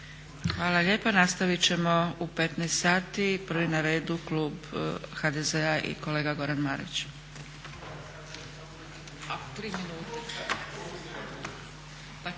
Hvala lijepa. Nastavit ćemo u 15,00 sati. Prvi na redu je klub HDZ-a i kolega Goran Marić.